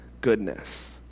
goodness